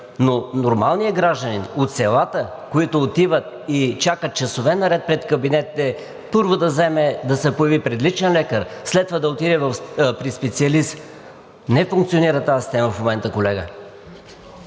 но нормалният гражданин, по селата, които отиват и чакат часове наред пред кабинетите – първо да се появи при личен лекар, след това да отиде при специалист – не функционира тази система в момента, колега.